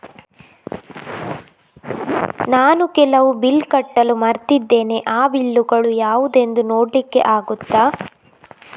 ನಾನು ಕೆಲವು ಬಿಲ್ ಕಟ್ಟಲು ಮರ್ತಿದ್ದೇನೆ, ಆ ಬಿಲ್ಲುಗಳು ಯಾವುದೆಂದು ನೋಡ್ಲಿಕ್ಕೆ ಆಗುತ್ತಾ?